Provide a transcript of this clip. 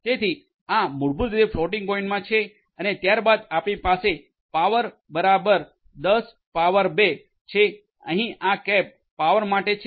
તેથી આ મૂળભૂત રીતે ફ્લોટિંગ પોઇન્ટમાં છે અને ત્યારબાદ આપણી પાસે પાવર બરાબર 102 છે અહીં આ કેપ પાવર માટે છે